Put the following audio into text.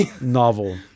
novel